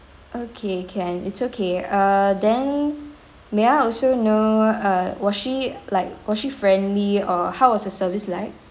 okay can it's okay err then may I also know uh was she like was she friendly or how was the service like